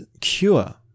cure